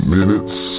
Minutes